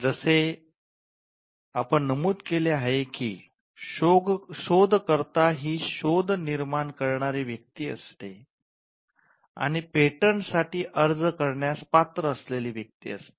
जसे आपण नमूद केले आहे की शोधकर्ता ही शोध निर्माण करणारी व्यक्ती असते आणि पेटंटसाठी अर्ज करण्यास पात्र असलेली व्यक्ती असते